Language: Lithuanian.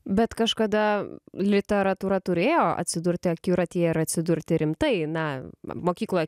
bet kažkada literatūra turėjo atsidurti akiratyje ir atsidurti rimtai na mokykloj